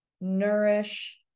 nourish